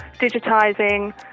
digitising